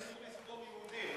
חשבתי שאסור לספור יהודים,